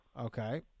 okay